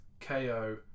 KO